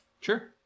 Sure